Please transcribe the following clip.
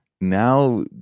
Now